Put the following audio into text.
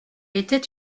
était